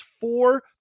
four